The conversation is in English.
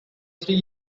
three